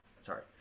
Sorry